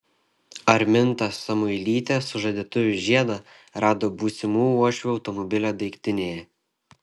arminta samuilytė sužadėtuvių žiedą rado būsimų uošvių automobilio daiktinėje